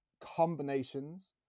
combinations